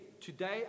today